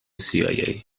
cia